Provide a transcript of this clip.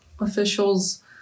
officials